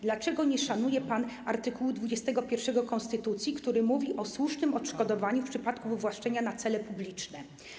Dlaczego nie szanuje pan art. 21 konstytucji, który mówi o słusznym odszkodowaniu w przypadku wywłaszczenia na cele publiczne?